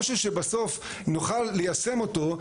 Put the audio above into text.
משהו שבסוף נוכל ליישם אותו,